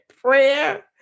prayer